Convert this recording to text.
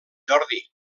jordi